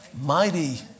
mighty